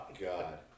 God